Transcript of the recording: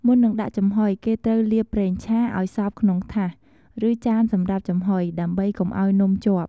មុននឹងដាក់ចំហុយ គេត្រូវលាប ប្រេងឆា ឲ្យសព្វក្នុងថាស ឬចានសម្រាប់ចំហុយ ដើម្បីកុំឲ្យនំជាប់។